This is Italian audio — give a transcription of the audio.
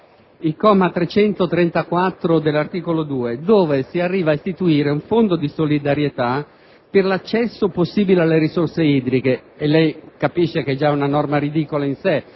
al comma 334 dell'articolo 2 si arriva ad istituire un fondo di solidarietà per l'accesso possibile alle risorse idriche. Si comprende quanto questa sia una norma ridicola in sé: